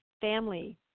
family